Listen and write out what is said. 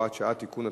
הוראת שעה) (תיקון),